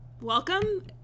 Welcome